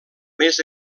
més